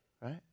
right